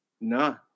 No